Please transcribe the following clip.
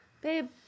Babe